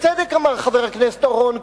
בצדק אמר חבר הכנסת אורון קודם: